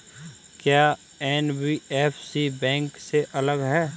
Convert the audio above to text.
क्या NBFC bank से अलग है?